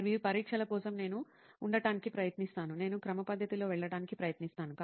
ఇంటర్వ్యూఈ పరీక్షల కోసం నేను ఉండటానికి ప్రయత్నిస్తాను నేను క్రమపద్ధతిలో వెళ్ళడానికి ప్రయత్నిస్తాను